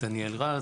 דניאל רז,